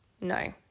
no